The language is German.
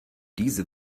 diese